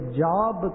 job